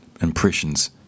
impressions